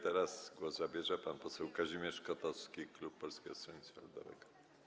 Teraz głos zabierze pan poseł Kazimierz Kotowski, klub Polskiego Stronnictwa Ludowego.